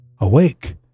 awake